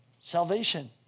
salvation